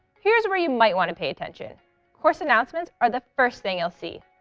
here's where you might want to pay attention course announcements are the first thing you'll see.